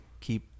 keep